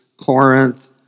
Corinth